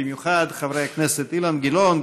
ובמיוחד לחברי הכנסת אילן גילאון,